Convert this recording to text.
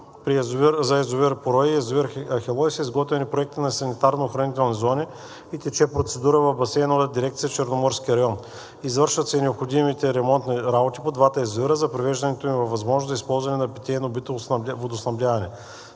за язовир „Порой“ и язовир „Ахелой“ са изготвени проектите на санитарно-охранителни зони и тече процедура в Басейнова дирекция „Черноморски район“. Извършват се и необходимите ремонтни работи по двата язовира за въвеждането им във възможност за използване за питейно-битово водоснабдяване.